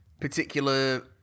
particular